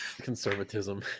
conservatism